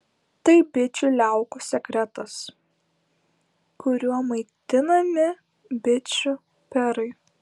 tai bičių liaukų sekretas kuriuo maitinami bičių perai